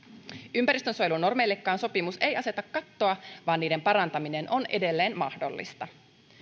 ympäristönsuojelunormeillekaan sopimus ei aseta kattoa vaan niiden parantaminen on edelleen mahdollista